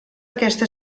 aquesta